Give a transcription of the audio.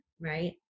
right